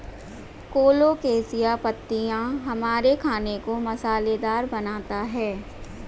colocasia पत्तियां हमारे खाने को मसालेदार बनाता है